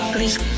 Please